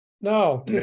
No